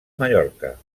mallorca